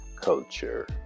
culture